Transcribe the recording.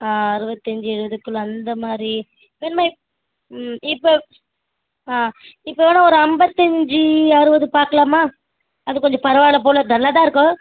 அறுபத்தஞ்சி எழுவதுக்குள்ளே அந்த மாதிரி வேணும்னால் இப் ம் இப்போ ஆ இப்போ வேணால் ஒரு ஐம்பத்தஞ்சி அறுபது பார்க்கலாமா அது கொஞ்சம் பரவாயில்லை போல் நல்லாதான் இருக்கும்